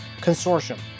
consortium